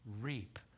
Reap